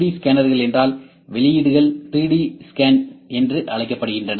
3D ஸ்கேனர்கள் என்றால் வெளியீடுகள் 3D ஸ்கேன் என அழைக்கப்படுகின்றன